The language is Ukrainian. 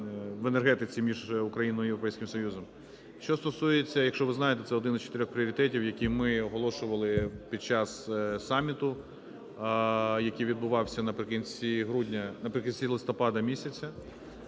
ви знаєте, це один з чотирьох пріоритетів, який ми оголошували під час саміту, який відбувався наприкінці грудня…